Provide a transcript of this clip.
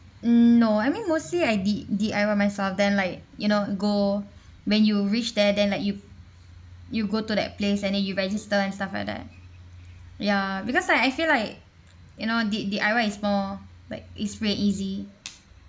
no I mean mostly I D~ D_I_Y myself then like you know go when you reach there then like you you go to that place and then you register and stuff like that ya because like I feel like you know D~ D_I_Y is more like is very easy